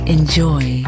Enjoy